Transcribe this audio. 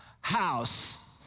house